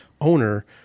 owner